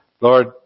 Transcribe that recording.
Lord